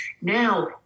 now